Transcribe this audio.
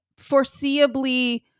foreseeably